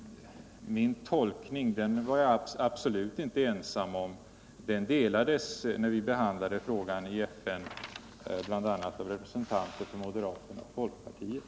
Min tolkning var jag absolut inte ensam om, utan när frågan behandlades i FN delades den bl.a. av representanter för moderaterna och folkpartict.